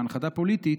בהנחתה פוליטית